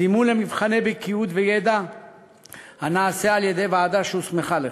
זימון למבחני בקיאות וידע הנעשה על-ידי ועדה שהוסמכה לכך.